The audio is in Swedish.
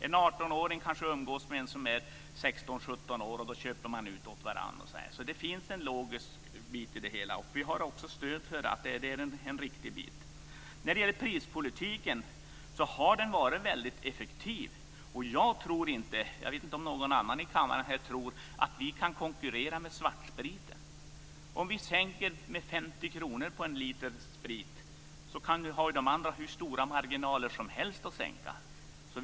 En 18-åring kanske umgås med någon som är 16-17 år och köper ut alkohol till denne. Det finns alltså en logisk bit i det hela. Vi har också stöd för att det här är riktigt. Prispolitiken har varit väldigt effektiv. Jag tror inte att vi kan konkurrera med svartspriten. Jag vet inte om någon annan i kammaren tror det. Även om vi sänker priset för en liter sprit med 50 kr finns det hur stora marginaler som helst för de andra att sänka sina priser.